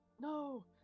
No